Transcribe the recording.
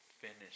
finish